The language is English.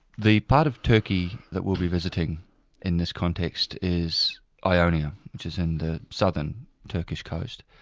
the part of turkey that we'll be visiting in this context is ionia, which is in the southern turkish coast,